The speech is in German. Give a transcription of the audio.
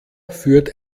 führt